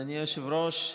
אדוני היושב-ראש,